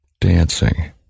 Dancing